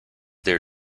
their